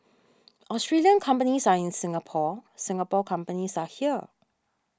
Australian companies are in Singapore Singapore companies are here